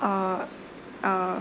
uh uh